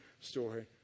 story